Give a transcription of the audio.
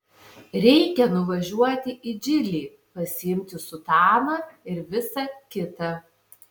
reikia nuvažiuoti į džilį pasiimti sutaną ir visa kita